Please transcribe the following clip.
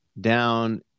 down